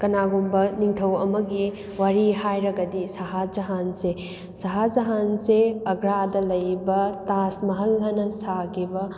ꯀꯅꯥꯒꯨꯝꯕ ꯅꯤꯡꯊꯧ ꯑꯃꯒꯤ ꯋꯥꯔꯤ ꯍꯥꯏꯔꯒꯗꯤ ꯁꯍꯥꯖꯍꯥꯟꯁꯦ ꯁꯍꯥꯖꯍꯥꯟꯁꯦ ꯑꯒ꯭ꯔꯥꯗ ꯂꯩꯕ ꯇꯥꯖ ꯃꯍꯜ ꯍꯥꯏꯅ ꯁꯥꯈꯤꯕ